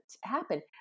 happen